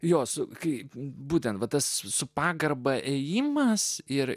jos kaip būtent va tas su pagarba ėjimas ir